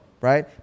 right